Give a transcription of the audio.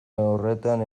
horretan